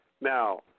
Now